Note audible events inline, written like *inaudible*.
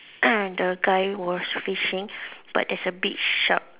*coughs* the guy who was fishing but there's a big shark